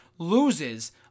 loses